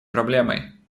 проблемой